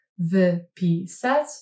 wypisać